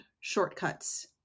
shortcuts